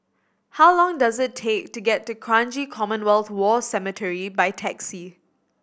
how long does it take to get to Kranji Commonwealth War Cemetery by taxi